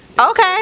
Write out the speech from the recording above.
Okay